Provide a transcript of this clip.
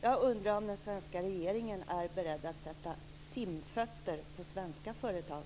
Jag undrar om den svenska regeringen är beredd att sätta simfötter på svenska företag.